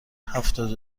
هفتاد